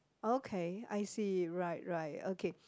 okay I see right right okay